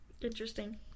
interesting